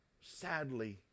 Sadly